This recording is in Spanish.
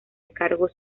cargos